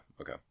okay